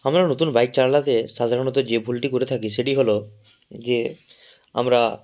আমরা নতুন বাইক চালাতে সাধারণত যে ভুলটি করে থাকি সেটি হলো যে আমরা